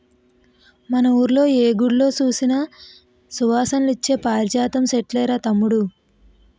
మన వూళ్ళో ఏ గుడి సూసినా సువాసనలిచ్చే పారిజాతం సెట్లేరా తమ్ముడూ